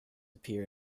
appear